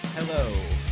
Hello